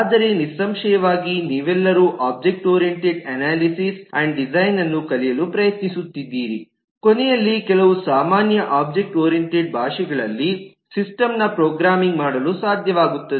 ಆದರೆ ನಿಸ್ಸಂಶಯವಾಗಿ ನೀವೆಲ್ಲರೂ ಒಬ್ಜೆಕ್ಟ್ ಓರಿಯಂಟೆಡ್ ಅನಾಲಿಸಿಸ್ ಆಂಡ್ ಡಿಸೈನ್ಅನ್ನು ಕಲಿಯಲು ಪ್ರಯತ್ನಿಸುತ್ತಿದ್ದೀರಿ ಕೊನೆಯಲ್ಲಿ ಕೆಲವು ಸಾಮಾನ್ಯ ಒಬ್ಜೆಕ್ಟ್ ಓರಿಯಂಟೆಡ್ ಭಾಷೆಗಳಲ್ಲಿ ಸಿಸ್ಟಮ್ನ ಪ್ರೋಗ್ರಾಮಿಂಗ್ ಮಾಡಲು ಸಾಧ್ಯವಾಗುತ್ತದೆ